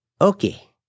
Okay